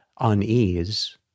unease